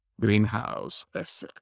greenhouse